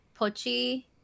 pochi